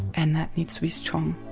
and that needs to be strong.